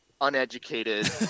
Uneducated